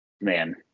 man